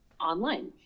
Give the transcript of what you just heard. online